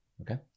okay